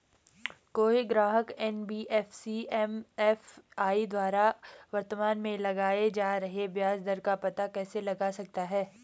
कोई ग्राहक NBFC MFI द्वारा वर्तमान में लगाए जा रहे ब्याज दर का पता कैसे लगा सकता है?